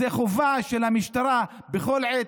זו חובה של המשטרה בכל עת,